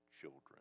children